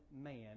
man